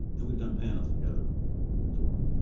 and we've done panels together before